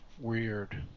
weird